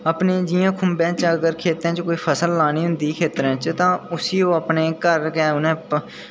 अपनी जि'यां खुंबें च खेतें च कोई फसल लानी होंदी ही खेतरें च उसी उ'नें अपने घर गै उ'नें